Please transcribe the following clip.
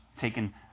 taken